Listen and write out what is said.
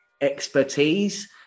expertise